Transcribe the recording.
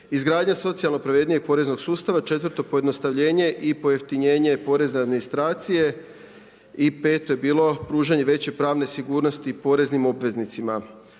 izgradnja socijalno pravednog poreznog sustava, četvrto pojednostavljenje je i pojeftinjenje porezne administracije i peto je bilo pružanje veće pravne sigurnosti poreznim obveznicima.